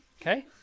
okay